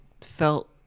felt